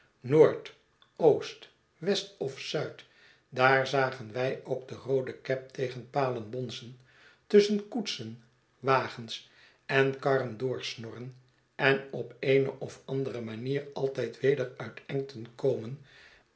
oost west of zuid daar zagen wij ook de roode cab tegen palen bonzen tusschen koetsen wagens en karren doorsnorren en op eene of andere manier altijd weder uit engten komen